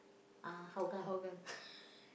uh Hougang